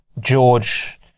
George